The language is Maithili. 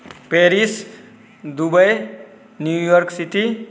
Paris Dubai New York city